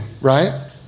right